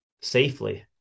safely